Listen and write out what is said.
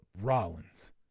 Rollins